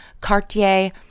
Cartier